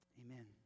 Amen